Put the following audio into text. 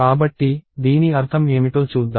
కాబట్టి దీని అర్థం ఏమిటో చూద్దాం